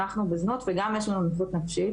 אנחנו בזנות וגם יש לנו נכות נפשית